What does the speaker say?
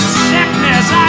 sickness